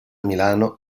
milano